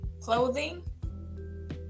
clothing